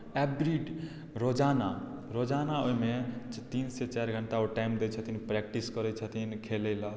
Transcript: every रोजाना रोजाना ओहिमे तीनसँ चारि घण्टा ओ टाइम दैत छथिन प्रैक्टिस करैत छथिन खेलय लेल